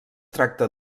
tracta